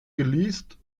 geleast